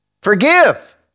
Forgive